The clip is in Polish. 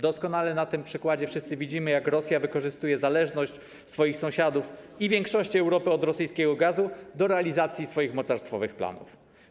Doskonale na tym przykładzie wszyscy widzimy, jak Rosja wykorzystuje zależność swoich sąsiadów i większości Europy od rosyjskiego gazu do realizacji swoich mocarstwowych planów.